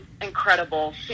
incredible